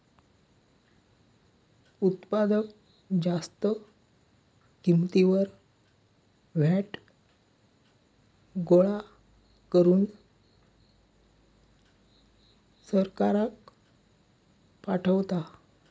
उत्पादक जास्त किंमतीवर व्हॅट गोळा करून सरकाराक पाठवता